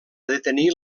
detenir